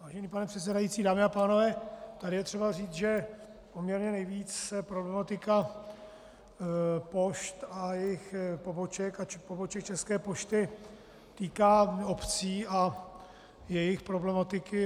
Vážený pane předsedající, dámy a pánové, tady je třeba říct, že poměrně nejvíc se problematika pošt a jejich poboček a poboček České pošty týká obcí a jejich problematiky.